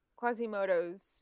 Quasimodo's